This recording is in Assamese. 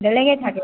বেলেগে থাকে